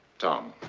tom,